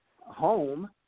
home